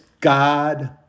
God